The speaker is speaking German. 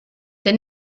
der